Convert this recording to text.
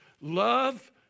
love